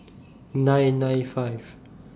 nine nine five